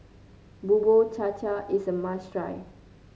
Bubur Cha Cha is a must try